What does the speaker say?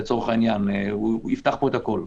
הוא יפתח את הכול.